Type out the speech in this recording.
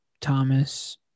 Thomas